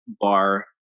bar